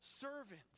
servant